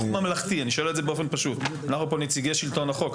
אנחנו כאן נציגים של שלטון החוק.